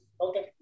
Okay